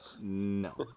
No